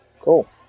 Cool